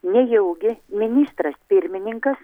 nejaugi ministras pirmininkas